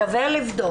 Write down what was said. שווה לבדוק.